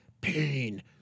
pain